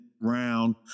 round